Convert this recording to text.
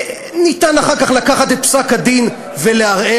אפשר אחר כך לקחת את פסק-הדין ולערער,